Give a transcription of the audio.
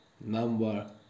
Number